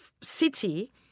city